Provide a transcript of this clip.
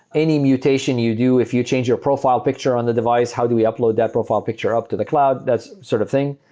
any mutation you do? if you change your profile picture on the device, how do we upload that profile picture up to the cloud? that sort of thing.